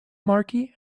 markey